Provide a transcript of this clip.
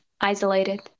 isolated